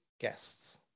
guests